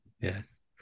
yes